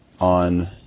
on